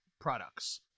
products